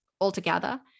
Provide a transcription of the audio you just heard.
altogether